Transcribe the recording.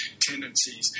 tendencies